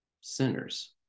sinners